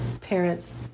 parents